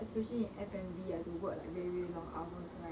especially in F&B you have to work like very very long hours right